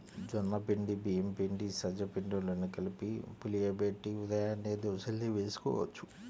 జొన్న పిండి, బియ్యం పిండి, సజ్జ పిండిలను కలిపి పులియబెట్టి ఉదయాన్నే దోశల్ని వేసుకోవచ్చు